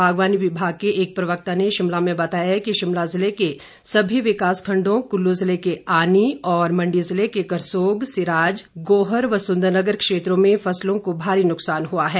बागवानी विभाग के एक प्रवक्ता ने शिमला में बताया कि शिमला जिले के सभी विकास खंडों कुल्लू जिले के आनी और मंडी जिले के करसोग सिराज गोहर और सुंदरनगर क्षेत्रों में फसलों को भारी नुक्सान हुआ है